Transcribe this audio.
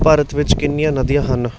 ਭਾਰਤ ਵਿੱਚ ਕਿੰਨੀਆਂ ਨਦੀਆਂ ਹਨ